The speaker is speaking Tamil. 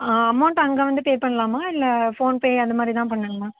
அமௌன்ட் அங்கே வந்து பே பண்ணலாமா இல்லை ஃபோன் பே அதுமாதிரி தான் பண்ணனுமா